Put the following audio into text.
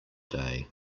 day